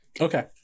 Okay